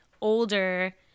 older